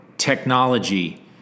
technology